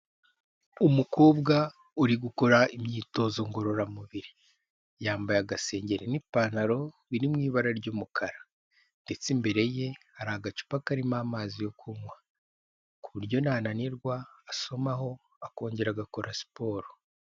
Umukobwa uri gukora imyitozo ngororamubiri, yambaye agasengeri n'ipantaro biri mu ibara ry'umukara ndetse imbere ye hari agacupa karimo amazi yo kunywa ku buryo ni anirwa asomaho akongera agakora siporo.